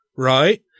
Right